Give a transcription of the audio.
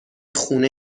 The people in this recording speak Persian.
خونه